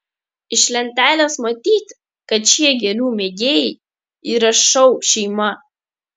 iš lentelės matyti kad šie gėlių mėgėjai yra šou šeima